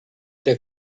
der